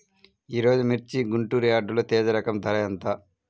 ఈరోజు మిర్చి గుంటూరు యార్డులో తేజ రకం ధర ఎంత?